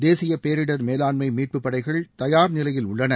தேசிய பேரிடர் மேலான்மை மீட்புப் படைகள் தயார் நிலையில் உள்ளன